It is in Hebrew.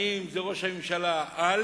האם זה ראש הממשלה א'